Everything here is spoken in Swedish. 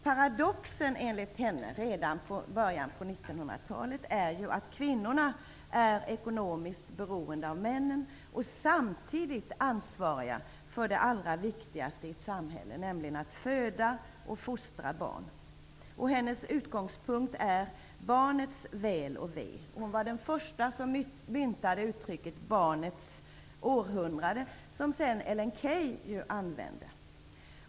Paradoxen enligt henne, redan i början av 1900 talet, är att kvinnorna är ekonomiskt beroende av männen och samtidigt ansvariga för det allra viktigaste i ett samhälle, nämligen att föda och fostra barn. Hennes utgångspunkt är barnets väl och ve. Hon var den första som myntade uttrycket barnets århundrade, som Ellen Key sedan använde.